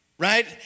right